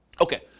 Okay